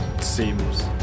seems